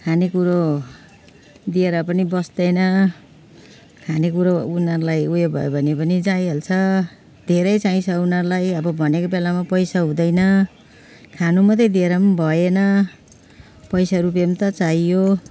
खाने कुरो दिएर पनि बस्तैन खाने कुरो उनीहरूलाई उयो भयो भने पनि जाइहाल्छ धेरै चाहिन्छ उनीहरूलाई अब भनेको बेलामा पैसा हुँदैन खानु मात्रै दिएर भएन पैसा रुपियाँ त चाहियो